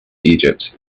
egypt